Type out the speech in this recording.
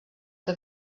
que